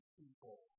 people